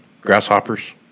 Grasshoppers